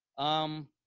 i'm